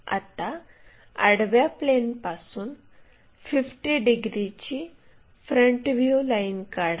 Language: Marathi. आता आडव्या प्लेनपासून 50 डिग्रीची फ्रंट व्ह्यू लाइन काढा